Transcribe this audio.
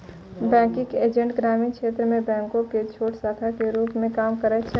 banking agent ग्रामीण क्षेत्रो मे बैंको के छोटो शाखा के रुप मे काम करै छै